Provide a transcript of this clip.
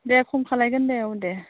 दे खम खालामगोन दे औ दे